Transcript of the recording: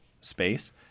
space